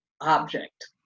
object